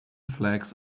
flags